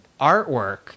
artwork